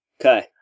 Okay